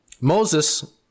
Moses